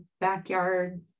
backyard